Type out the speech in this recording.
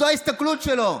זו ההסתכלות שלו.